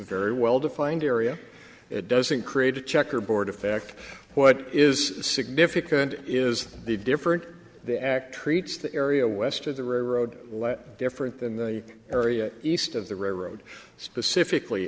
very well defined area it doesn't create a checkerboard effect what is significant is the different the act treats the area west of the railroad different than the area east of the railroad specifically